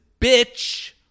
bitch